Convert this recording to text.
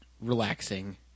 relaxing